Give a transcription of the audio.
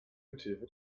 mithilfe